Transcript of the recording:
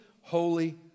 holy